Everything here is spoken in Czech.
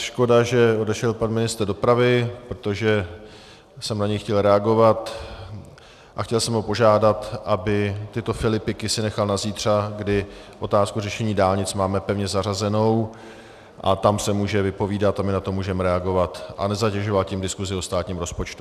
Škoda, že odešel pan ministr dopravy, protože jsem na něj chtěl reagovat a chtěl jsem ho požádat, aby si tyto filipiky nechal na zítra, kdy otázku řešení dálnic máme pevně zařazenou, tam se může vypovídat a my na to můžeme reagovat a nezatěžovat tím diskusi o státním rozpočtu.